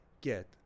get